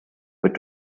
but